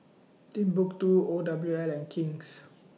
Timbuk two O W L and King's